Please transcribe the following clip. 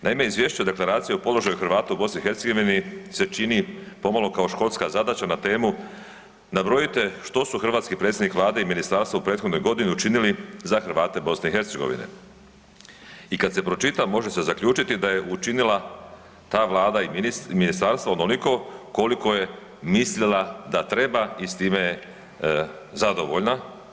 Naime, izvješće o Deklaraciji o položaju Hrvata u BiH se čini pomalo kao školska zadaća na temu „nabrojite što su hrvatski predsjednik vlade i ministarstvo u prethodnoj godini učinili za Hrvate BiH“ i kad se pročita može se zaključiti da je učinila ta vlada i ministarstvo onoliko koliko je mislila da treba i s time je zadovoljna.